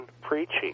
preaching